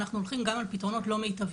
אנחנו הולכים גם על פתרונות לא מיטביים